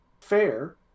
fair